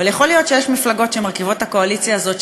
אבל יכול להיות שיש מפלגות שמרכיבות את הקואליציה הזאת,